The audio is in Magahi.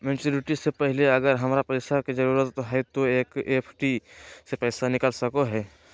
मैच्यूरिटी से पहले अगर हमरा पैसा के जरूरत है तो एफडी के पैसा निकल सको है?